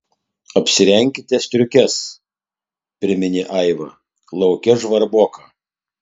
apsirenkite striukes priminė aiva lauke žvarboka